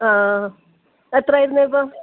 ആ ആ ആ എത്ര ആയിരുന്നു ഇപ്പോൾ